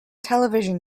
television